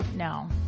No